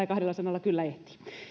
kahdella sanalla kyllä